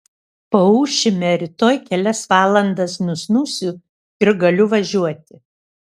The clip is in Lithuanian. paūšime rytoj kelias valandas nusnūsiu ir galiu važiuoti